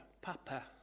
Papa